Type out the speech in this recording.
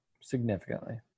Significantly